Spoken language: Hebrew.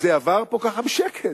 זה עבר פה ככה בשקט.